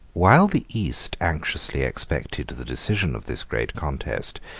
while the east anxiously expected the decision of this great contest,